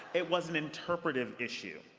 it was an interpretive issue,